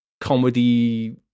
comedy